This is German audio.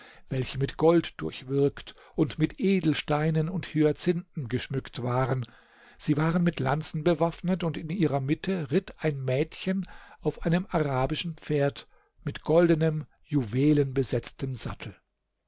welche mit gold durchwirkt und mit edelsteinen und hyazinthen geschmückt waren sie waren mit lanzen bewaffnet und in ihrer mitte ritt ein mädchen auf einem arabischen pferd mit goldenem juwelenbesetztem sattel